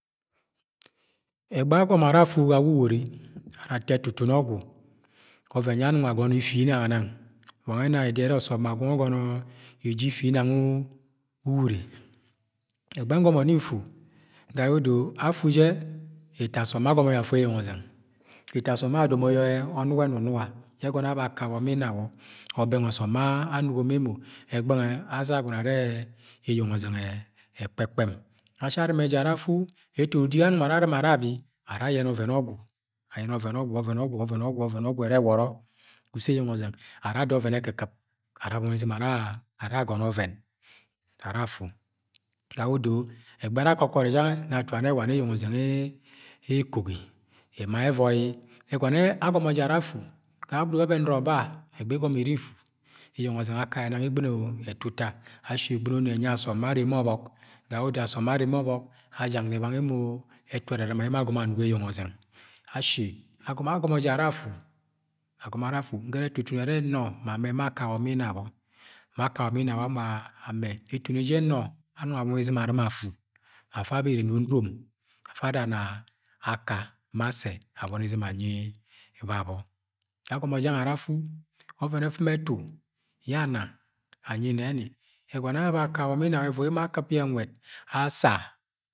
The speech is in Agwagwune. Ẹghẹagọmọ ara afu ga wuwori, ara ato ẹtutun ọgwu ọvẹn yẹ anọng agọnọ ifinang. Wa nwẹ ena idoro ẹrẹ ọsọm ma gwọng ugọnọ eje ifinang ure. E̱gbẹ ngomo nni nfu. Ga ye̱ odo afu je̱ eto asọm agọmọ yẹ afu eyeng ọzẹng. Eto asọm adomo yẹ ọnọg e̱ nunoga yẹ egọnọ abẹ akawọ ma inawọ or bẹng ọsọm anugo ma emo. Ẹgbeghe nwẹ asa agọnọ are yenẹ eyeng ọzeng e̱kpe̱kpem. Ashi arɨma ara afu, etoni udik anọng arɨma ara abi, ayẹnẹ ọven ọgwu, ovẹn ọgwu, ọvẹn ọgwu ẹrẹ ẹwọrọ ga uso eyeng ozeng. Ara ada ọvẹn ekɨkɨp ara abọni izɨm agọnọ ọvẹn ara afu. Ga yẹ odo ẹgbe ara akọ ko̱ri jẹ gangẹ nọ atun arẹ wa ne eyeng ọzẹng ẹkogi Ẹgọnọ e agọmọ jẹ ara afu, ga yẹ odo, abẹ nọrọ ba igbi igọmọ iri ifu eyeng ọzẹng nang akẹ egbɨno ẹtuta ashi egbɨnoni ẹnyi asọm bẹ arre ma ọbọk ga yẹ odo asọm bẹ arre ma ọbọk ajakni bang emo ẹtu e̱rɨrɨma yẹ emo agọmọ anugo eyeng ọzeng. Ashi agoma, agomo je ara afu, agomo ara afu. Ge̱nẹ etutun arẹ nọ ma amẹ ma akawọ ma inawọ. Ma akawọ ma inawọ ama ame. Eto eje nọ among abọni izɨm arɨma afu, afa abere na onurom. Afa ada na aka ma asẹ abọni izɨm anyi babọ. Agomo jẹ gangẹ ara afu, ọvẹn ẹfimi ẹtu yẹ ana anyi ne̱ni, Egono abe akawọ ma inawọ ẹvọi emo akɨp yẹ nwẹd asa.